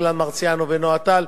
אילן מרסיאנו ונועה טל,